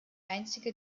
einzige